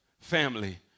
family